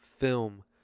film